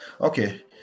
okay